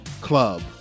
club